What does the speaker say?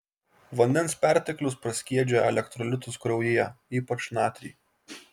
vandens perteklius praskiedžia elektrolitus kraujyje ypač natrį